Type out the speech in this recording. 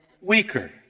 weaker